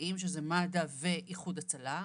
מרכזיים שזה מד"א ואיחוד הצלה.